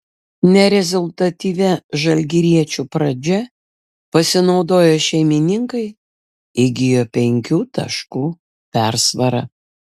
nerezultatyvia žalgiriečių pradžia pasinaudoję šeimininkai įgijo penkių taškų persvarą